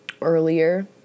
earlier